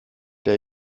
der